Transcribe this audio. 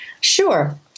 Sure